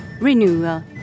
renewal